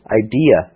idea